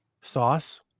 sauce